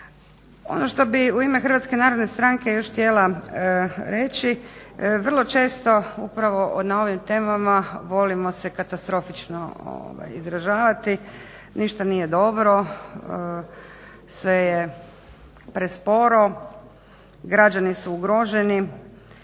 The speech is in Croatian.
Ono što bi u ime Hrvatske narodne stranke još htjela reći vrlo često upravo na ovim temama volimo se katastrofično izražavati, ništa nije dobro, sve je presporo, građani su ugroženi,